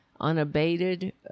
unabated